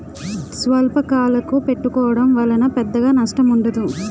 స్వల్పకాలకు పెట్టుకోవడం వలన పెద్దగా నష్టం ఉండదు